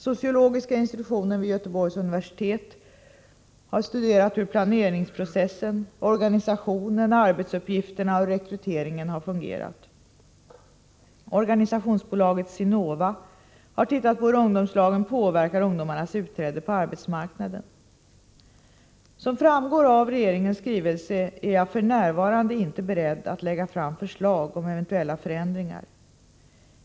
Sociologiska institutionen vid Göteborgs universitet har studerat hur planeringsprocessen, organisationen, arbetsuppgifterna och rekrytering har fungerat. Organisationsbolaget SINO VA har tittat på hur ungdomslagen påverkar ungdomarnas utträde på arbetsmarknaden. Som framgår av regeringens skrivelse är jag f.n. inte beredd att lägga fram förslag om eventuella ändringar.